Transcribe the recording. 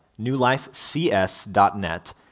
newlifecs.net